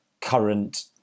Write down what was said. current